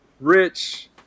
rich